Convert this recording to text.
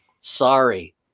Sorry